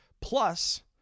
plus